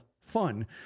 fun